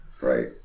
Right